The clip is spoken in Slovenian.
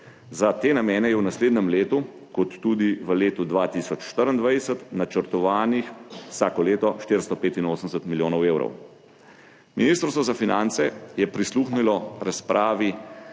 Za te namene je v naslednjem letu ter tudi v letu 2024 načrtovanih, vsako leto, 485 milijonov evrov. Ministrstvo za finance je prisluhnilo razpravi